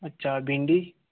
अच्छा भिंडी